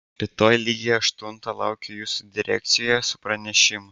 rytoj lygiai aštuntą laukiu jūsų direkcijoje su pranešimu